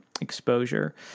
exposure